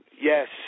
Yes